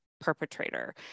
perpetrator